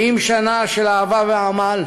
70 שנה של אהבה ועמל,